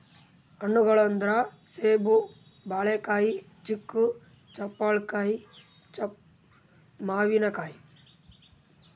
ಹಣ್ಣ್ಗೊಳ್ ಅಂದ್ರ ಸೇಬ್, ಬಾಳಿಕಾಯಿ, ಚಿಕ್ಕು, ಜಾಪಳ್ಕಾಯಿ, ಮಾವಿನಕಾಯಿ